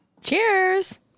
Cheers